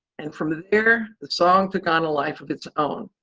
and from the there, the song took on a life of its own.